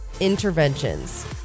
Interventions